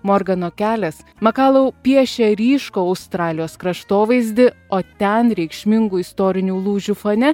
morgano kelias makalau piešė ryškų australijos kraštovaizdį o ten reikšmingų istorinių lūžių fone